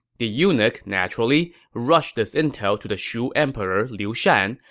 the eunuch, naturally, rushed this intel to the shu emperor liu shan,